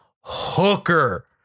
Hooker